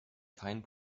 keinen